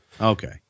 Okay